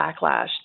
backlash